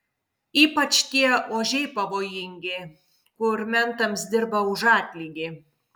ypač tie ožiai pavojingi kur mentams dirba už atlygį